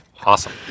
Awesome